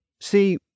See